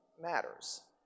matters